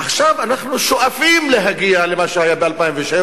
עכשיו אנחנו שואפים להגיע למה שהיה ב-2007,